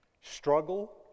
struggle